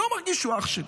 לא מרגיש שהוא אח שלי.